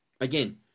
again